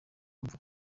mva